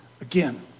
again